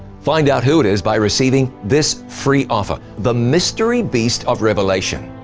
find out who it is by receiving this free offer, the mystery beast of revelation.